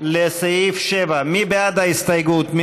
לסעיף 7. מי בעד ההסתייגות?